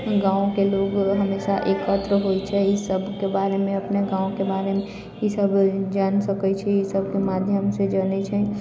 गाँवके लोक हमेशा एकत्र होइ छै ई सबके बारेमे अपने गाँवके बारेमे ई सब जानि सकै छी ई सबके माध्यमसँ जानै छै